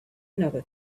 another